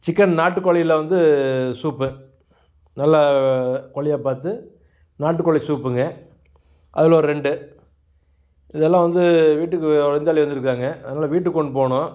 chicken நாட்டுக்கோழியில் வந்து soup நல்லா கோழியாக பார்த்து நாட்டுக்கோழி சூப்புங்க அதில் ஒரு ரெண்டு இதெல்லாம் வந்து வீட்டுக்கு விருந்தாளி வந்துருக்காங்க அதனால வீட்டுக் கொண்டு போகணும்